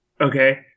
okay